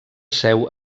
seu